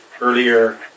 earlier